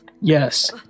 Yes